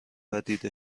دیده